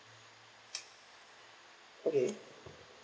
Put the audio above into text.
okay